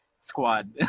squad